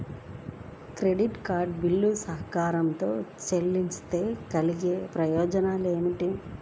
Credit card bill సకాలంలో చెల్లిస్తే కలిగే పరిణామాలేమిటి?